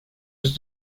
yüz